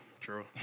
True